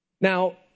Now